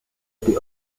été